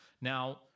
Now